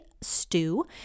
stew